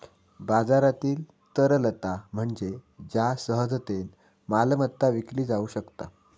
बाजारातील तरलता म्हणजे ज्या सहजतेन मालमत्ता विकली जाउ शकता